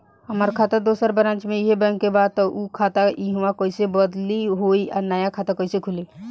हमार खाता दोसर ब्रांच में इहे बैंक के बा त उ खाता इहवा कइसे बदली होई आ नया खाता कइसे खुली?